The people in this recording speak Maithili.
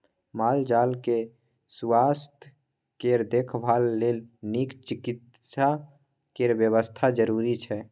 माल जाल केँ सुआस्थ केर देखभाल लेल नीक चिकित्सा केर बेबस्था जरुरी छै